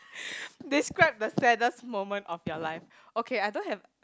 describe the saddest moment of your life okay I don't have